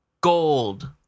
gold